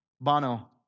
Bono